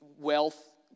wealth